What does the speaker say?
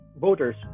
voters